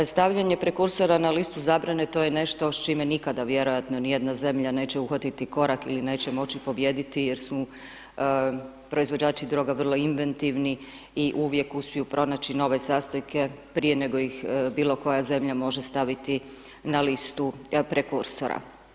Stavljanje prekursora na listu zabrane, to je nešto s čime nikada vjerojatno nijedna zemlja neće uhvatiti korak ili neće moći pobijediti jer su proizvođači droga vrlo inventivni i uvijek uspiju pronaći nove sastojke prije nego ih bilokoja zemlja može staviti na listi prekursora.